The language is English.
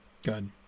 Good